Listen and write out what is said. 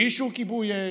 בלי אישור כיבוי אש,